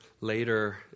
later